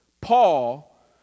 Paul